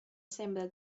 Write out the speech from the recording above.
sembra